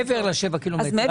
אבל מעבר לשבעה קילומטר,